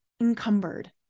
encumbered